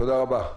תודה רבה.